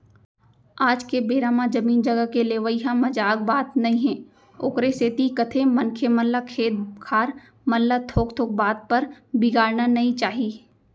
आज के बेरा म जमीन जघा के लेवई ह मजाक बात नई हे ओखरे सेती कथें मनखे मन ल खेत खार मन ल थोक थोक बात बर बिगाड़ना नइ चाही